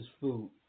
food